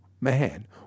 man